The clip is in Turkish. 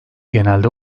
genelde